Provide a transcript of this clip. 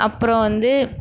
அப்புறோம் வந்து